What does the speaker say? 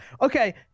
Okay